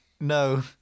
no